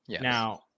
Now